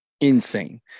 insane